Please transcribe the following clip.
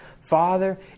Father